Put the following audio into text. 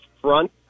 front